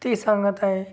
ती सांगत आहे